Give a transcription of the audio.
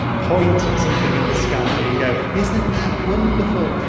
point at something in the sky and go, isn't that wonderful?